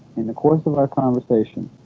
in the course of our conversation